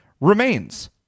remains